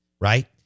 right